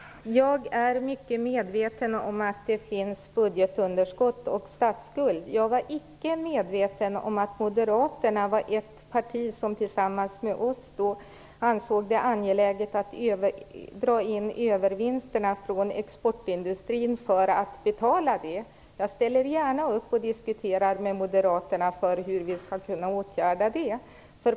Fru talman! Jag är mycket medveten om att det finns budgetunderskott och statsskuld. Jag var icke medveten om att Moderaterna var ett parti som tillsammans med oss ansåg det angeläget att dra in övervinsterna från exportindustrin för att betala det. Jag ställer gärna upp och diskuterar med moderaterna om hur vi skall kunna åtgärda det.